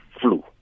flu